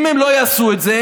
אם הם לא יעשו את זה,